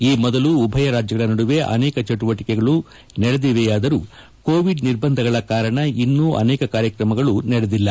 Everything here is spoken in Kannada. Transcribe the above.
ಈ ಮೊದಲು ಉಭಯ ರಾಜ್ಯಗಳ ನಡುವೆ ಅನೇಕ ಚಟುವಟಿಕೆಗಳು ನಡೆದಿವೆಯಾದರೂ ಕೋವಿಡ್ ನಿರ್ಬಂಧಗಳ ಕಾರಣ ಇನ್ನು ಅನೇಕ ಕಾರ್ಯಕ್ರಮಗಳು ನಡೆದಿಲ್ಲ